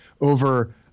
over